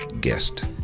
guest